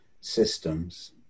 systems